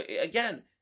again